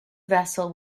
vessel